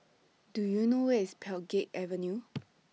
Do YOU know Where IS Pheng Geck Avenue